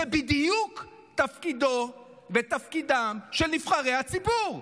זה בדיוק תפקידו ותפקידם של נבחרי הציבור.